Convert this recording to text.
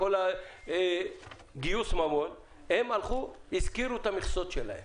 לגייס ממון, והם השכירו את המכסות שלהם